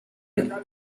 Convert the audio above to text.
libri